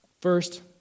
First